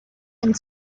and